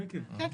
לא,